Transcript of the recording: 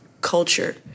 culture